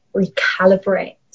recalibrate